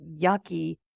yucky